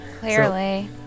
Clearly